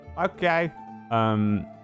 okay